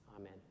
amen